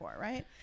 right